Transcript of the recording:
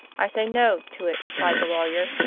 i say no to it, replied the lawyer.